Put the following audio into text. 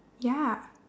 ya